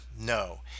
no